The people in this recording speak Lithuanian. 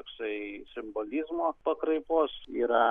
toksai simbolizmo pakraipos yra